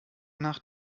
nach